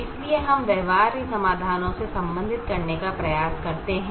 इसलिए हम व्यवहार्य समाधानों से संबंधित करने का प्रयास करते हैं